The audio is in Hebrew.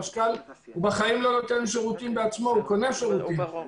המשכ"ל לא נותן שירותים בעצמו אלא קונה אותם.